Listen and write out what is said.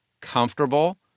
comfortable